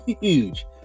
huge